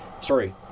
sorry